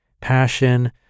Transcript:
passion